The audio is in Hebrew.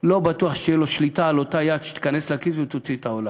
לא בטוח שתהיה לו שליטה על אותה יד שתיכנס לכיס ותוציא את האולר.